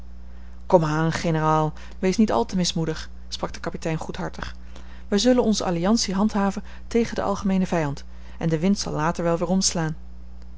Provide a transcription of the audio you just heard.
komaan generaal wees niet al te mismoedig sprak de kapitein goedhartig wij zullen onze alliantie handhaven tegen den algemeenen vijand en de wind zal later wel weer omslaan